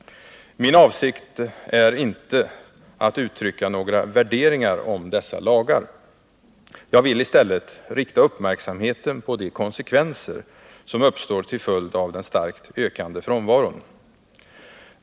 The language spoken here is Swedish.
Min avsikt är inte att uttrycka några värderingar om dessa lagar. Jag vill i stället rikta uppmärksamheten på de konsekvenser som den starkt ökande frånvaron får.